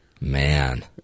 Man